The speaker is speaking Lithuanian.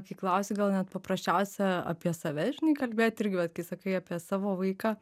kai klausi gal net paprasčiausia apie save žinai kalbėt irgi vat kai sakai apie savo vaiką